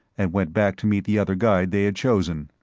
and went back to meet the other guide they had chosen.